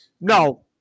No